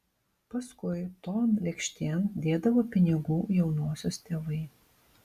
paskui ton lėkštėn dėdavo pinigų jaunosios tėvai